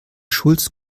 schulz